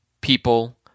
people